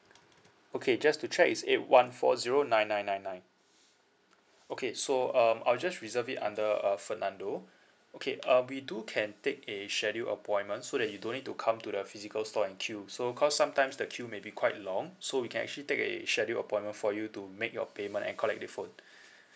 okay just to check is eight one four zero nine nine nine nine okay so um I'll just reserve it under uh fernando okay uh we do can take a scheduled appointments so that you don't need to come to the physical store and queue so cause sometimes the queue may be quite long so we can actually take a scheduled appointment for you to make your payment and collect the phone